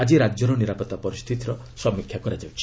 ଆଜି ରାଜ୍ୟର ନିରାପତ୍ତା ପରିସ୍ଥିତିର ସମୀକ୍ଷା ହେଉଛି